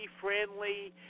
friendly